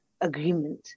agreement